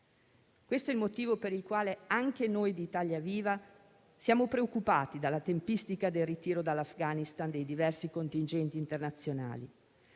Questo è il motivo per il quale anche noi di Italia Viva siamo preoccupati dalla tempistica del ritiro dall'Afghanistan dei diversi contingenti internazionali.